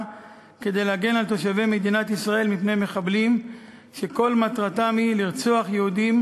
כדי להגן על תושבי מדינת ישראל מפני מחבלים שכל מטרתם היא לרצוח יהודים